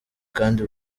kandi